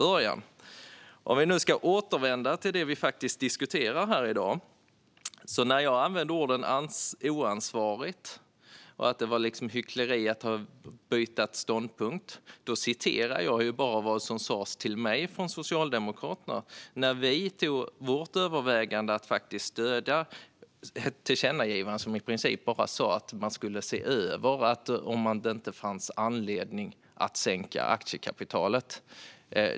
Låt oss återvända till dagens diskussion. När jag sa att det var oansvarigt och hyckleri att byta ståndpunkt citerade jag bara vad Socialdemokraterna sa till mig när vi tog beslutet att stödja tillkännagivandet - ett tillkännagivande som i princip bara sa att man skulle se över om det fanns anledning att sänka aktiekapitalet.